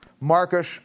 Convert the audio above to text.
Marcus